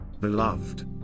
Beloved